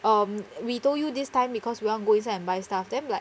um we told you this time because we want go inside and buy stuff then I'm like